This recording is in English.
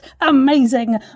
amazing